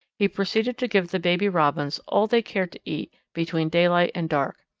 he proceeded to give the baby robins all they cared to eat between daylight and dark.